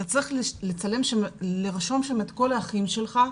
אתה צריך לרשום שם את כל האחים שלך,